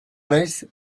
naiz